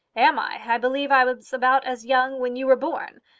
am i? i believe i was about as young when you were born.